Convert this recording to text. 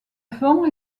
fonds